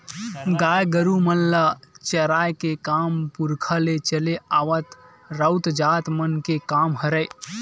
गाय गरु मन ल चराए के काम पुरखा ले चले आवत राउत जात मन के काम हरय